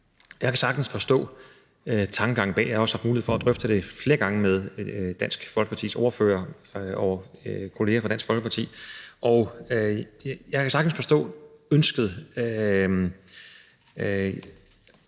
Jeg kan sagtens forstå tankegangen bag. Jeg har også haft mulighed for at drøfte det flere gange med Dansk Folkepartis ordfører og kolleger fra Dansk Folkeparti, og jeg kan sagtens forstå ønsket.